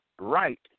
right